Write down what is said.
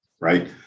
right